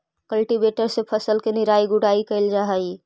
cultivator से फसल के निराई गुडाई कैल जा हई